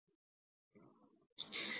இந்த நேரத்தில் நான் அதைப் பற்றி பேசுகிறேன்